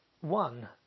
one